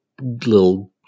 little